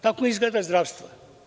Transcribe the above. Tako izgleda zdravstvo.